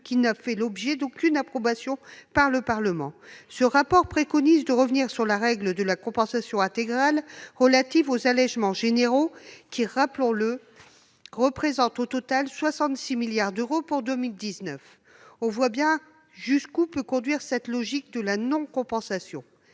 qui n'a fait l'objet d'aucune approbation par le Parlement. Ce rapport préconise de revenir sur la règle de la compensation intégrale relative aux allégements généraux, lesquels, rappelons-le, représentent au total 66 milliards d'euros pour 2019. On voit bien jusqu'où peut conduire cette logique de la non-compensation